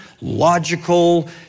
logical